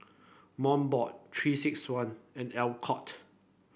Mobot Three six one and Alcott